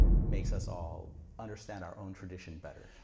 makes us all understand our own traditions better.